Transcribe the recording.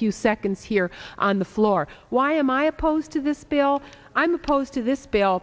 few seconds here on the floor why am i opposed to this bill i'm opposed to this bill